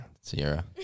Sierra